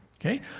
Okay